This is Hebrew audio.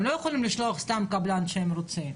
הם לא יכולים לשלוח סתם קבלן שהם רוצים.